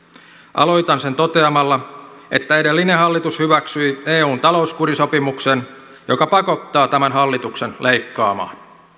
aloitan sen toteamalla että edellinen hallitus hyväksyi eun talouskurisopimuksen joka pakottaa tämän hallituksen leikkaamaan